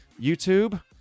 YouTube